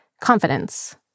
Confidence